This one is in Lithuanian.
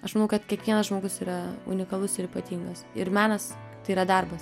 aš manau kad kiekvienas žmogus yra unikalus ir ypatingas ir menas tai yra darbas